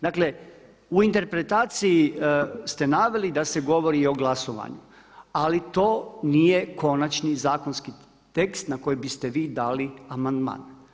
Dakle u interpretaciji ste naveli da se govori i o glasovanju ali to nije konačni zakonski tekst na koji biste vi dali amandman.